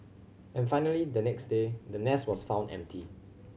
and finally the next day the nest was found empty